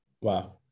Wow